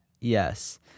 Yes